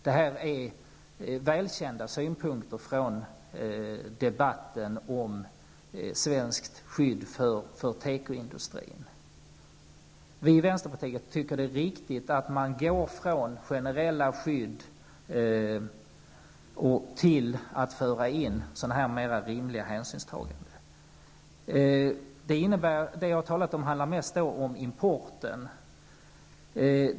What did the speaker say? Det här är välkända synpunkter från debatten om svenskt skydd för tekoindustrin. Vi i vänsterpartiet tycker att det är riktigt att man går från generella skydd till att föra in sådana här mer rimliga hänsynstaganden. Det jag har talat om har mest handlat om importen.